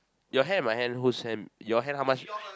your hand my hand whose hand your hand how much